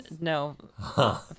No